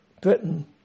Britain